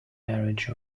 marriage